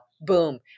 Boom